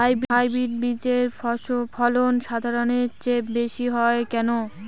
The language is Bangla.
হাইব্রিড বীজের ফলন সাধারণের চেয়ে বেশী হয় কেনো?